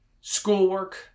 schoolwork